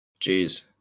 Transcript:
jeez